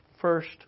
first